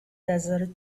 desert